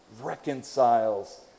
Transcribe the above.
reconciles